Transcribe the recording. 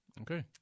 Okay